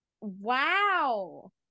Wow